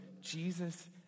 Jesus